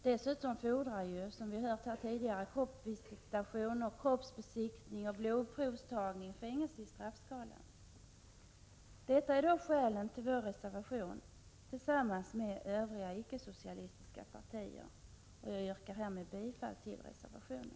Dessutom fordrar kroppsvisitation, kroppsbesiktning och blodprovstagning att fängelse finns med i straffskalan. Detta är skälen till vår reservation tillsammans med övriga icke-socialistiska partier. Jag yrkar härmed bifall till reservationen.